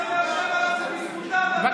הכיסא שאתה יושב עליו זה בזכותם, ואתה,